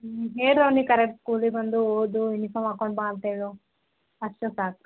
ಹ್ಞೂ ಹೇಳ್ಡ್ರಿ ಅವ್ನಿಗೆ ಕರೆಕ್ಟ್ ಸ್ಕೂಲಿಗೆ ಬಂದು ಓದು ಯೂನಿಫಾಮ್ ಹಾಕೊಂಡು ಬಾ ಅಂತೇಳು ಅಷ್ಟೇ ಸಾಕು